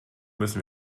müssen